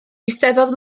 eisteddodd